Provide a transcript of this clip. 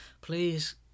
please